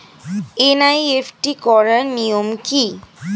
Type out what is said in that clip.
NEFT করার নিয়ম কী?